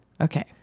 Okay